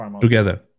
Together